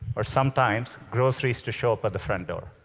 or sometimes groceries to show up at the front door.